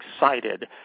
excited